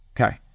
okay